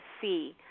see